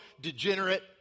degenerate